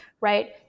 right